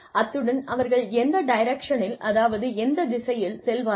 அத்துடன் அவர்கள் எந்த டைரக்ஷனில் அதாவது எந்த திசையில் செல்வார்கள்